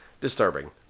Disturbing